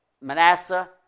Manasseh